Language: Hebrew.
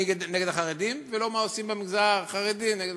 נגד החרדים ולא מה עושים במגזר החרדי נגד,